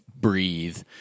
breathe